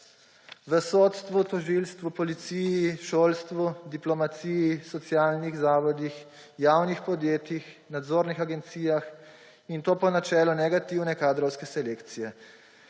v sodstvu, tožilstvu, policiji, šolstvu, diplomaciji, socialnih zavodih, javnih podjetjih, nadzornih agencijah, in to po načelu negativne kadrovske selekcije.